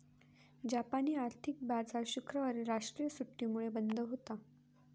जापानी आर्थिक बाजार शुक्रवारी राष्ट्रीय सुट्टीमुळे बंद होता